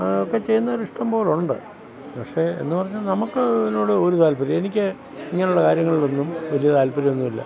ഒക്കെ ചെയ്യുന്നവരെ ഇഷ്ടം പോലെയുണ്ട് പക്ഷെ എന്നു പറഞ്ഞാൽ നമുക്ക് ഇതിനോട് ഒരു താല്പര്യവും എനിക്ക് ഇങ്ങനെയുള്ള കാര്യങ്ങളിലൊന്നും വലിയ താൽപ്പര്യമൊന്നുമില്ല